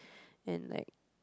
and like